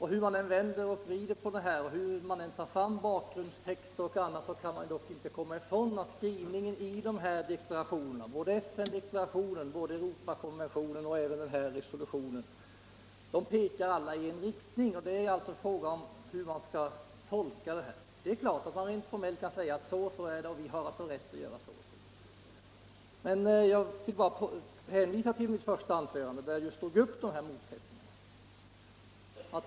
Hur man än vänder och vrider på saken, hur man än tar fram bakgrundstexter och annat kan man inte komma ifrån att skrivningen i deklarationerna, såväl FN-deklarationen och Europakonventionen som den här resolutionen, pekar i en och samma riktning. Det är alltså fråga om tolkningen. Rent formellt kan man naturligtvis säga att så och så är det och att vi alltså har rätt att göra på det eller det sättet. Jag vill hänvisa till mitt första anförande, där jag tog upp just de här motsättningarna.